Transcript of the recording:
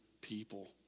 people